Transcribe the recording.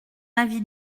avis